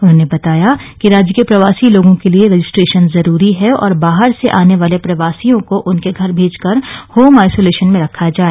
उन्होंने बताया कि राज्य के प्रवासी लोगों के लिए रजिस्ट्रेशन जरूरी है और बाहर से आने वाले प्रवासियों को उनके घर भेजकर होम आइसोलेशन में रखा जाए